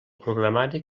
programari